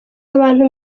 abantu